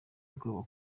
ubwoba